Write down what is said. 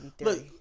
Look